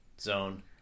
zone